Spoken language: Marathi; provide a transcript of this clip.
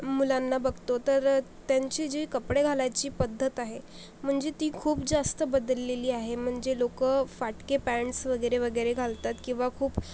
मुलांना बघतो तर त्यांची जी कपडे घालायची पद्धत आहे म्हणजे ती खूप जास्त बदललेली आहे म्हणजे लोकं फाटके पॅन्टस वगैरे वगैरे घालतात किंवा खूप